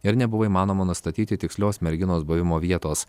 ir nebuvo įmanoma nustatyti tikslios merginos buvimo vietos